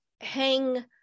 hang